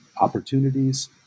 opportunities